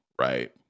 right